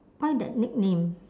why that nickname